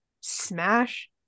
smash